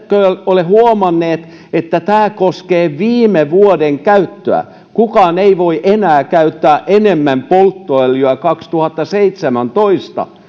ole huomanneet että tämä koskee viime vuoden käyttöä kukaan ei voi enää käyttää enemmän polttoöljyä vuonna kaksituhattaseitsemäntoista